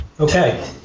Okay